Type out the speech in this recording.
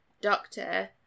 Doctor